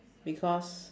because